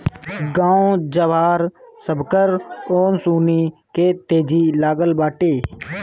गाँव जवार, सबकर ओंसउनी के तेजी लागल बाटे